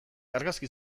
argazki